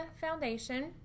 foundation